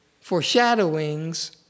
foreshadowings